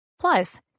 plus